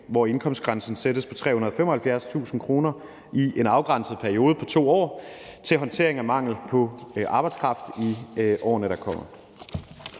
hvor indkomstgrænsen sættes til 375.000 kr. i en afgrænset periode på 2 år, til håndtering af mangel på arbejdskraft i årene, der kommer.